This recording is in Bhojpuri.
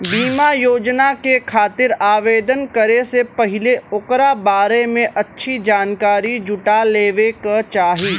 बीमा योजना के खातिर आवेदन करे से पहिले ओकरा बारें में अच्छी जानकारी जुटा लेवे क चाही